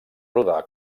rodar